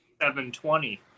720